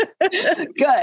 Good